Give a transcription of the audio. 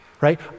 right